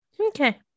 Okay